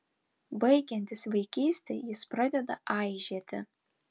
baigiantis vaikystei jis pradeda aižėti